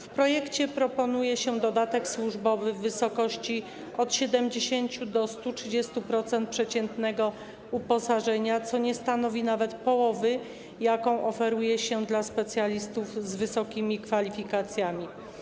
W projekcie proponuje się dodatek służbowy w wysokości od 70% do 130% przeciętnego uposażenia, co nie stanowi nawet połowy, jaką oferuje się dla specjalistów z wysokimi kwalifikacjami.